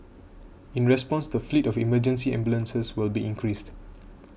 in response the fleet of emergency ambulances will be increased